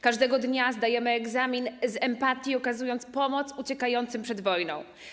Każdego dnia zdajemy egzamin z empatii, okazując pomoc uciekającym przed wojną.